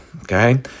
okay